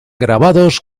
grabados